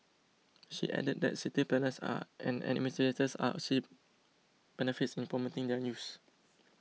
she added that city planners are and administrators are see benefits in promoting their use